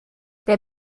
der